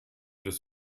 des